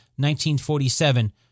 1947